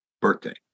birthday